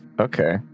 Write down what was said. Okay